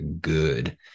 good